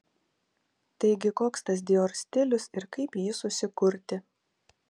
taigi koks tas dior stilius ir kaip jį susikurti